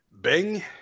Bing